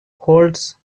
holds